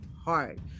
hard